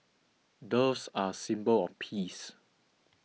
doves are a symbol of peace